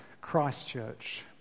Christchurch